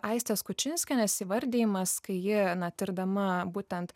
aistės kučinskienės įvardijimas kai ji na tirdama būtent